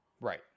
Right